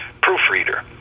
proofreader